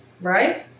right